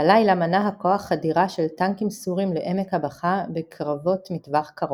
בלילה מנע הכח חדירה של טנקים סוריים לעמק הבכא בקרבות מטווח קרוב.